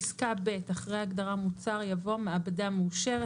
אחרי הגדרה "מוצר" יבוא: "מעבדה מאושרת"